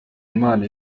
imana